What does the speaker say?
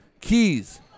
Keys